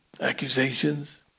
accusations